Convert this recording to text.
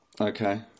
Okay